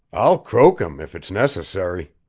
i'll croak him, if it's necessary!